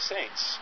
Saints